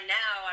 now